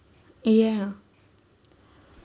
ya